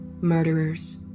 Murderers